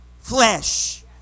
flesh